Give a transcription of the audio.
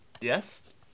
Yes